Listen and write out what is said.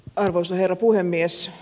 arvoisa herra puhemies